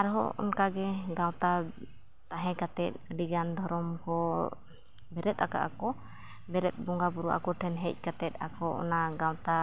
ᱟᱨᱦᱚᱸ ᱚᱱᱠᱟᱜᱮ ᱜᱟᱶᱛᱟ ᱛᱟᱦᱮᱸ ᱠᱟᱛᱮᱫ ᱟᱹᱰᱤᱜᱟᱱ ᱫᱷᱚᱨᱚᱢ ᱠᱚ ᱵᱮᱨᱮᱫ ᱟᱠᱟᱫ ᱟᱠᱚ ᱵᱮᱨᱮᱫ ᱵᱚᱸᱜᱟᱼᱵᱩᱨᱩ ᱟᱠᱚ ᱴᱷᱮᱱ ᱦᱮᱡ ᱠᱟᱛᱮᱫ ᱟᱠᱚ ᱚᱱᱟ ᱜᱟᱶᱛᱟ